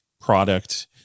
product